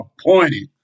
appointed